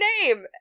name